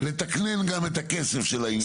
לתקנן גם את הכסף של העניין.